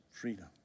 freedom